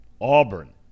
auburn